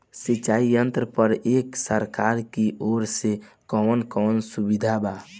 सिंचाई यंत्रन पर एक सरकार की ओर से कवन कवन सुविधा बा?